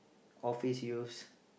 office use